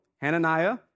Hananiah